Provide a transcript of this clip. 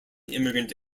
immigrant